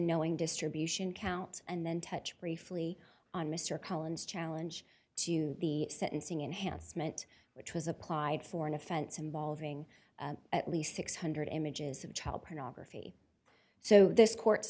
knowing distribution counts and then touch briefly on mr collins challenge to the sentencing enhanced meant which was applied for an offense involving at least six hundred dollars images of child pornography so this court